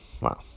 Wow